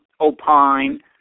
opine